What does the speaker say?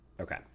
okay